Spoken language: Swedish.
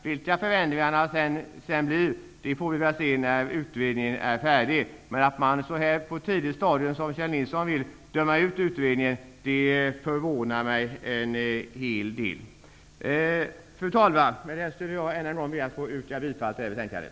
Vilka förändringarna sedan blir får vi väl se när utredningen är färdig. Men att, som Kjell Nilsson, på ett tidigt stadium döma ut utredningen förvånar mig en hel del. Fru talman! Med detta vill jag än en gång yrka bifall till hemställan i betänkandet.